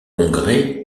congrès